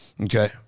Okay